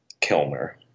Kilmer